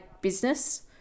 business